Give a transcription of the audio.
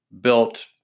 built